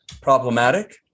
problematic